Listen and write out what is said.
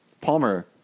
Palmer